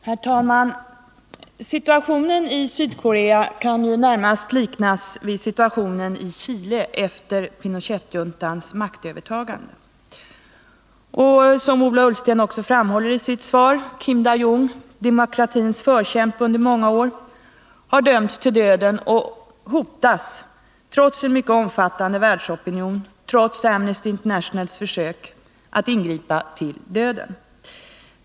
Herr talman! Situationen i Sydkorea kan närmast liknas vid situationen i Chile efter Pinochetjuntans maktövertagande. Som Ola Ullsten också framhåller i sitt svar har Kim Dae-Jung, demokratins förkämpe under många år, dömts till döden och hotas med avrättning, trots en mycket omfattande världsopinion, trots Amnesty Internationals försök att ingripa.